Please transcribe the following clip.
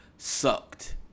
sucked